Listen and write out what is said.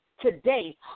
today